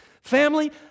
family